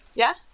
yeah?